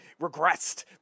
regressed